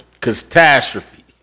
Catastrophe